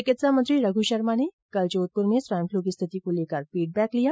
चिकित्सा मंत्री रघ् शर्मा ने कल े जोधप्र में स्वाइन पलु की स्थिति को लेकर फीडबैक लिया